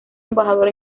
embajador